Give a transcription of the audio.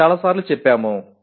మేము చాలాసార్లు చెప్పాము